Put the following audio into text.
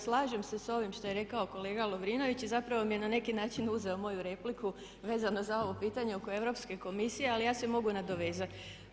Slažem se sa ovim što je rekao kolega Lovrinović i zapravo mi je na neki način uzeo moju repliku vezano za ovo pitanje oko Europske komisije ali ja se mogu nadovezati.